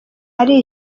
ari